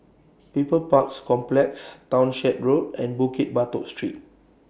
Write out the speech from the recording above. People's Park Complex Townshend Road and Bukit Batok Street